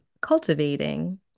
cultivating